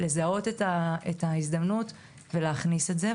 כדי לזהות את ההזדמנות ולהכניס את זה.